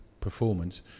performance